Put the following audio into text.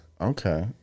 Okay